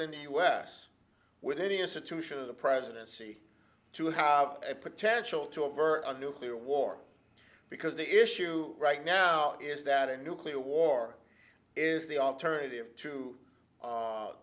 in the us with any institution of the presidency to have a potential to avert a nuclear war because the issue right now is that a nuclear war is the alternative to